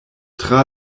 tra